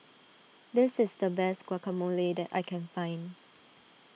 this is the best Guacamole that I can find